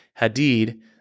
Hadid